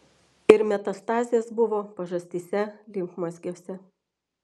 ir metastazės buvo pažastyje limfmazgiuose